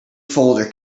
folder